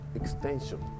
extension